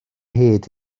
hyd